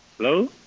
Hello